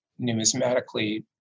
numismatically